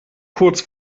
kurz